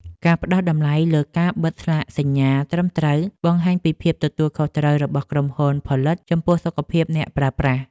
ការផ្តល់តម្លៃលើការបិទស្លាកសញ្ញាត្រឹមត្រូវបង្ហាញពីភាពទទួលខុសត្រូវរបស់ក្រុមហ៊ុនផលិតចំពោះសុខភាពអ្នកប្រើប្រាស់។